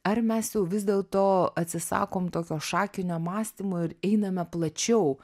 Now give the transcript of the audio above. ar mes jau vis dėlto atsisakom tokio šakinio mąstymo ir einame plačiau